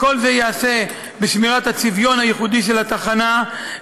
כל זה ייעשה בשמירת הצביון הייחודי של התחנה,